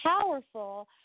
powerful